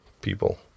people